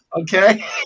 Okay